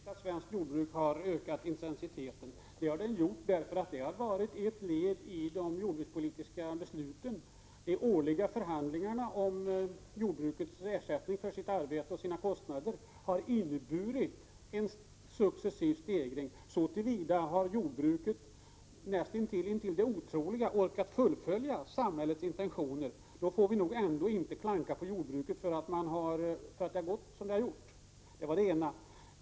Herr talman! Det är alldeles riktigt att svenskt jordbruk har ökat intensiteten. Detta har varit ett led i de jordbrukspolitiska besluten. De årliga förhandlingarna om jordbrukarnas ersättning för sitt arbete och sina kostnader har medfört en successiv stegring. Så till vida har jordbruket näst intill det otroligas gräns orkat fullfölja samhällets intentioner. Då får vi inte klanka på jordbruket för att det har gått som det har gjort. Detta var det ena.